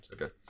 Okay